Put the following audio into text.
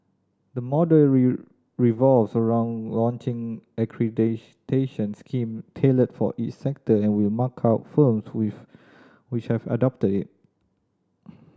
the model revolves around launching scheme tailored for each sector and will mark out firms with which have adopted it